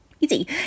Easy